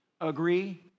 agree